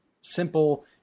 simple